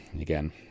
Again